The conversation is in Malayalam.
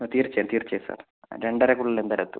ആ തീർച്ചയായും തീർച്ചയായും സാർ രണ്ടരയ്ക്കുള്ളിൽ എന്തായാലും എത്തും